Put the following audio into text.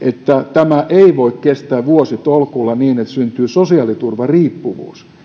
tämä ei voi kestää vuositolkulla niin että syntyy sosiaaliturvariippuvuus